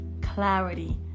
Clarity